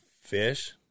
fish